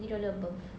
twenty dollar above